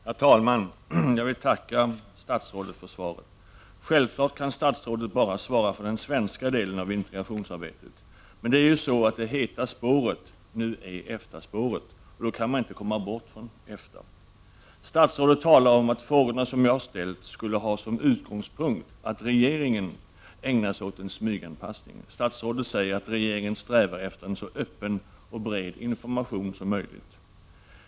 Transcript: Herr talman! Jag vill tacka statsrådet för svaret. Självfallet kan statsrådet bara svara för den svenska delen av integrationsarbetet. Men det heta spåret nu är EFTA-spåret, och då kan man inte komma bort från EFTA. Statsrådet talar om att frågorna som jag har ställt skulle ha som utgångspunkt att regeringen ägnar sig åt en smyganpassning. Statsrådet säger att regeringen strävar efter en så öppen och bred information som möjligt.